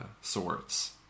sorts